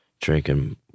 drinking